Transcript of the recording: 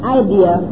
idea